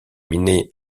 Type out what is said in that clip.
aminés